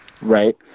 Right